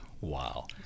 Wow